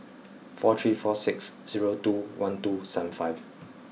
four three four six zero two one two seven five